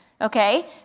okay